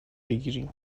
بگیریم